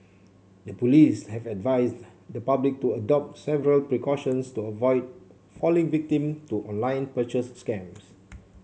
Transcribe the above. the police have advised the public to adopt several precautions to avoid falling victim to online purchase scams